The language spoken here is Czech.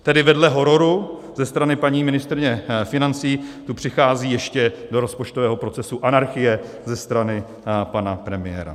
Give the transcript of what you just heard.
Tedy vedle hororu ze strany paní ministryně financí tu přichází ještě do rozpočtového procesu anarchie ze strany pana premiéra.